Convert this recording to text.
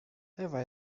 ewa